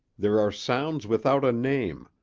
there are sounds without a name,